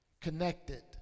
Connected